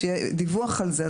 אנחנו גם נרצה שיהיה דיווח על זה.